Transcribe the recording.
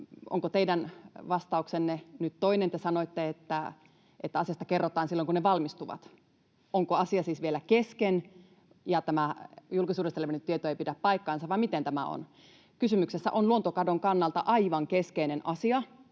Onko teidän vastauksenne nyt toinen, kun te sanoitte, että asiasta kerrotaan silloin, kun ne valmistuvat? Onko asia siis vielä kesken, ja tämä julkisuudesta levinnyt tieto ei pidä paikkaansa, vai miten tämä on? Kysymyksessä on luontokadon kannalta aivan keskeinen asia,